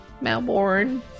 Melbourne